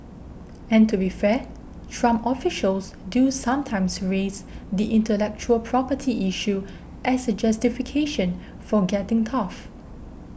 and to be fair Trump officials do sometimes raise the intellectual property issue as a justification for getting tough